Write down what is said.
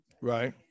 Right